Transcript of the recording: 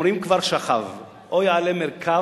אוֹמְרִים: כבר שכב / או יעלה מרכב,